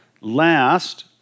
last